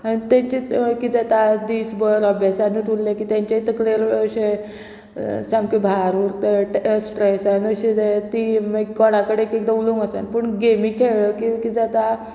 आनी तेंचे किदें जाता दिसभर अभ्यासानूच उरलें की तेंचे तकलेर अशे सामके भार उरता स्ट्रेसानूच अशी जाय ती मागीर कोणा कडेन एकएकदां उलोवंक वचून पूण गेमी खेळ्ळो की किदें जाता